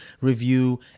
review